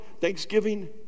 Thanksgiving